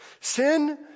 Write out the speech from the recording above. Sin